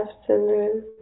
afternoon